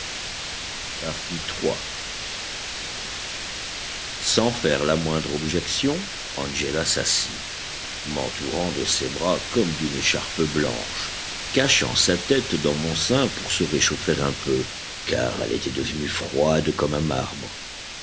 genoux sans faire la moindre objection angéla s'assit m'entourant de ses bras comme d'une écharpe blanche cachant sa tête dans mon sein pour se réchauffer un peu car elle était devenue froide comme un marbre